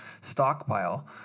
stockpile